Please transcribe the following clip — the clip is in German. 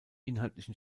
inhaltlichen